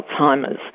Alzheimer's